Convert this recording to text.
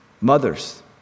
Mothers